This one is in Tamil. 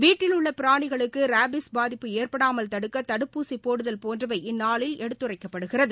வீட்டில் உள்ள பிராணிகளுக்கு ராபீஸ் பாதிப்பு ஏற்படாமல் தடுக்க தடுப்பூசி போடுதல் போன்றவை இந்நாளில் எடுத்துரைக்கப்படுகிறது